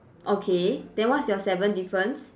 okay then what's your seven difference